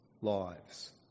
lives